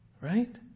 Right